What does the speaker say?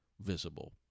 visible